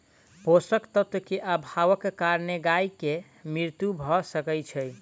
पोषक तत्व के अभावक कारणेँ गाय के मृत्यु भअ सकै छै